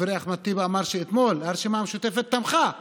חברי אחמד טיבי אמר שאתמול הרשימה המשותפת תמכה בתוכנית,